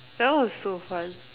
that one was so fun